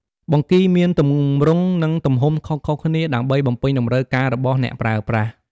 បង្គីមានទម្រង់ និងទំហំខុសៗគ្នាដើម្បីបំពេញតម្រូវការរបស់អ្នកប្រើប្រាស់។